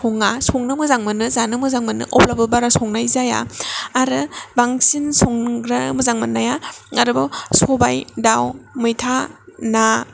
सङा संनो मोजां मोनो जानो मोजां मोनो अब्लाबो बारा संनाय जाया आरो बांसिन संग्रा मोजां मोननाया आरोबाव सबाय दाव मैथा ना